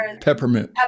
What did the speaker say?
peppermint